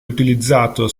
utilizzato